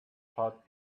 heart